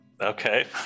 Okay